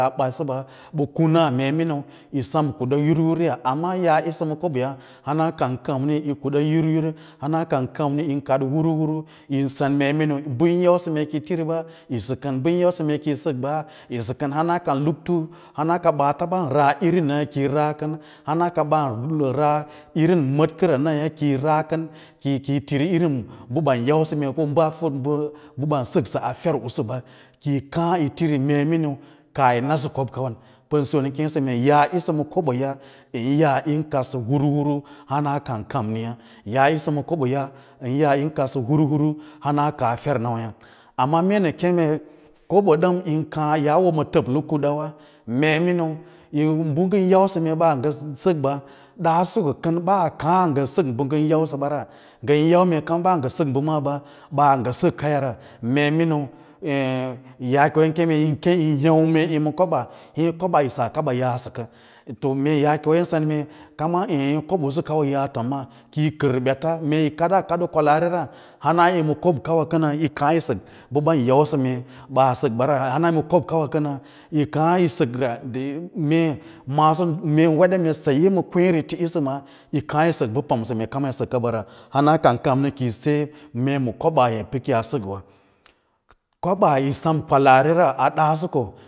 Ɓetsəba bo kunaa mee miniu yi sem kuɗa yur yura amma yaa yisə ma kobo ya hana kay kanmi yi kuɗa yur yur hana kam kamni yin kaɗ huru huru yin sen mee miniu bə yin yausə mee ki yi tiri ɓa yisə kən bə yín yausə mee kiyi sək ɓa yisə kən hana kan laktu, hana kaɓaa bən irinayâ kiyi ra kəm, hana ka ɓan irin mədkəls naya kiyi ra kən kiyi tiri irín bə ban yausə kom bəbaasəksə a fer ꞌusu ɓa kiyi kaã yi tiri mee miniu kaah yi nasə kob kawan ən siya nəkeẽsə nə keme yaa yisə ma koboya ən yaa yin kodsə huru huru hana kan kammiya yaa yusə ma koboya ən yaa yin kadsə huruhwa hana kaa fernawaya amma mee nə keme kobwa ɗən yín kaã yaa woma təblə kudawa mee miniu bə ngən yausə ɓaa ngə sək ɓaa daaso ko kən ɓaa kaã ə ngə sək bə ngon yausəɓa ra nga’n yau mee kam ɓaa ngə sək bə maaɓa ɓaa ngə sək kayara mee mini yaakewa yin kemei yeẽ yin hêu mee yima kobaa ye koɓaa ka kaɓa yaa səkə to mee yaakewa un sen mee kama koboꞌuska kawa yaa tommaa kiyi kər ɓets mee yi kaɗoo kwalaari ra, hana yima kob kawa kənə yi kaã yi sək bə ɓan yausə mee ɓaa sək bawam hana ka kobkana kənayikaã yi sək mee maaso mee yin wede mee saye makweẽresi ma yikaã yi sək bə pamsə mee tan sai mee yima koɓaa hê pəyi səkə koba yisam kwalaarira adasiko.